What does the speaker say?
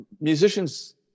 musicians